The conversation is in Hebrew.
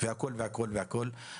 הכול ביחד.